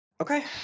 Okay